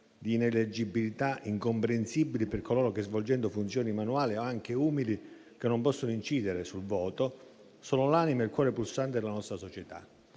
di ineleggibilità, incomprensibili per coloro che, svolgendo funzioni manuali o anche umili che non possono incidere sul voto, sono l'anima e il cuore pulsante della nostra società.